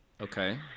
okay